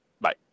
Bye